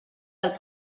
del